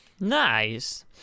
Nice